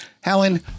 Helen